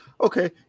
okay